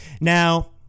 Now